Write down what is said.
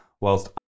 whilst